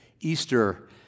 Easter